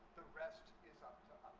the rest is up